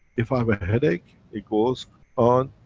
if i have a headache it goes on,